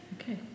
Okay